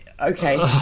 Okay